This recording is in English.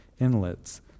inlets